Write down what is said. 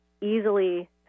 easily